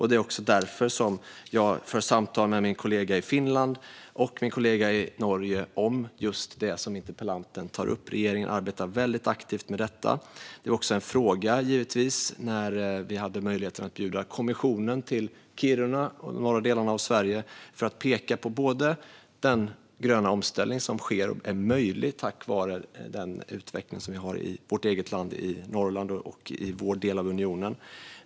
Det är också därför som jag för samtal med min kollega i Finland och min kollega i Norge om just det som interpellanten tar upp. Regeringen arbetar väldigt aktivt med detta. När vi hade möjligheten att bjuda kommissionen till Kiruna och de norra delarna av Sverige kunde vi peka på att den gröna omställning som sker är möjlig tack vare den utveckling som vi har i vårt eget land, i Norrland, och i vår del av unionen.